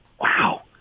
wow